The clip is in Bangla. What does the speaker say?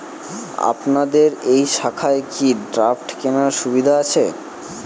আপনাদের এই শাখায় কি ড্রাফট কেনার সুবিধা আছে?